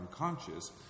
unconscious